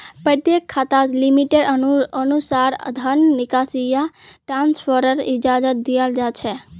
प्रत्येक खाताक लिमिटेर अनुसा र धन निकासी या ट्रान्स्फरेर इजाजत दीयाल जा छेक